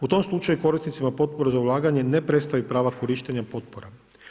U tom slučaju korisnicama potpore za ulaganje, ne prestaje prava korištenja potpora.